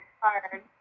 hard